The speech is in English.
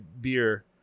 beer